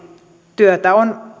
työtä on